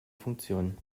funktion